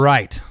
Right